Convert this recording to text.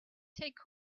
take